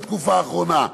בתקופה האחרונה,